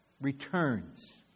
returns